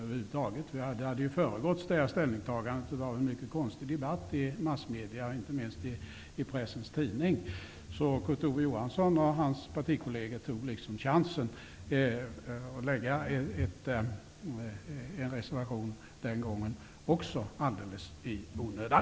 Detta ställningstagande hade föregåtts av en mycket konstig debatt i massmedierna, inte minst i Pressens Tidning. Kurt Ove Johansson och hans partikolleger tog också den gången chansen att avge en reservation alldeles i onödan.